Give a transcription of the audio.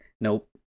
nope